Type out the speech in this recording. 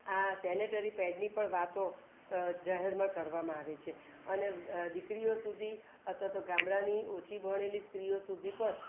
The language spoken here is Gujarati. આ સેનેટરી પેડની પણ વાતો જાહેરમાં કરવામાં આવે છે અને દીકરીઓ સુધી અથવા તો ગામડાની ઓછી ભણેલી સ્ત્રીઓ સુધી પણ